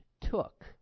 took